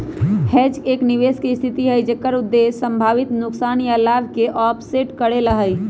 hedge एक निवेश के स्थिति हई जेकर उद्देश्य संभावित नुकसान या लाभ के ऑफसेट करे ला हई